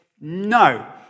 no